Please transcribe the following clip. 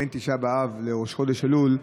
בין תשעה באב לראש חודש אלול,